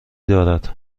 دارد